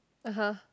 (uh huh)